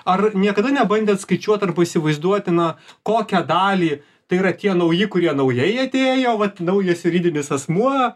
ar niekada nebandėt skaičiuot arba įsivaizduotina kokią dalį tai yra tie nauji kurie naujai atėjo vat naujas juridinis asmuo